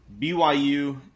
BYU